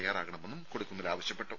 തയ്യാറാകണമെന്നും കൊടിക്കുന്നിൽ ആവശ്യപ്പെട്ടു